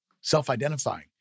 self-identifying